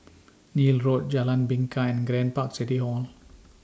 Neil Road Jalan Bingka and Grand Park City Hall